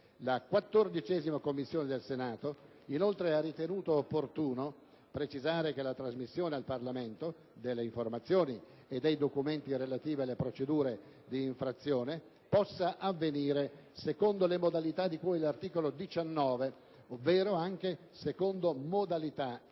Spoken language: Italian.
La 14a Commissione del Senato, inoltre, ha ritenuto opportuno precisare che la trasmissione al Parlamento delle informazioni e dei documenti relativi alle procedure di infrazione possa avvenire secondo le modalità di cui all'articolo 19, ovvero anche secondo modalità informatiche,